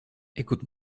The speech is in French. écoute